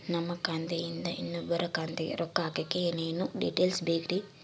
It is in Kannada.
ನಮ್ಮ ಖಾತೆಯಿಂದ ಇನ್ನೊಬ್ಬರ ಖಾತೆಗೆ ರೊಕ್ಕ ಹಾಕಕ್ಕೆ ಏನೇನು ಡೇಟೇಲ್ಸ್ ಬೇಕರಿ?